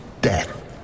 death